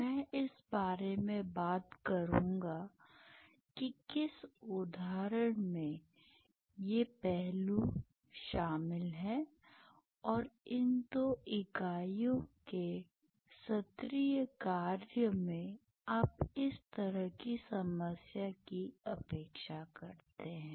मैं इस बारे में बात करूंगा कि किस उदाहरण में ये पहलू शामिल हैं और इन 2 इकाइयों के सत्रीय कार्य में आप इस तरह की समस्या की अपेक्षा करते हैं